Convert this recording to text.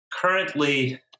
currently